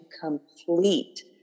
complete